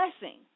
blessing